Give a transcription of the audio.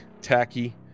Tacky